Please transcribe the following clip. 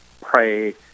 pray